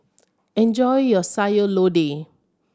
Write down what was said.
enjoy your Sayur Lodeh